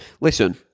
Listen